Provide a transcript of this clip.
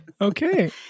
Okay